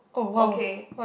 okay